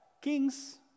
Kings